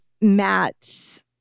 Matt's